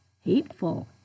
hateful